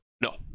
No